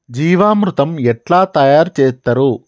జీవామృతం ఎట్లా తయారు చేత్తరు?